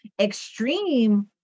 extreme